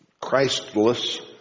Christless